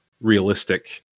realistic